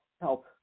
Help